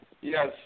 yes